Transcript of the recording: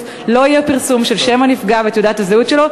לא יהיה פרסום של שם הנפגע ותעודת הזהות שלו,